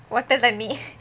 bottle தண்ணி:thanni